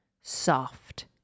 soft